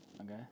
Okay